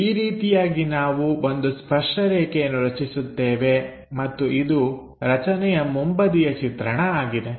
ಈ ರೀತಿಯಾಗಿ ನಾವು ಒಂದು ಸ್ಪರ್ಶ ರೇಖೆಯನ್ನು ರಚಿಸುತ್ತೇವೆ ಮತ್ತು ಇದು ರಚನೆಯ ಮುಂಬದಿಯ ಚಿತ್ರಣ ಆಗಿದೆ